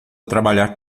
trabalhar